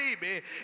baby